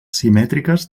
simètriques